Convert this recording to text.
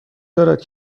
دارد